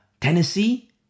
Tennessee